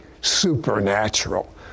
supernatural